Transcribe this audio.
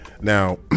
Now